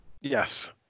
yes